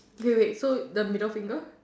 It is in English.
okay wait so the middle finger